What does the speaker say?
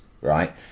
right